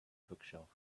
bookshelf